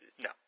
No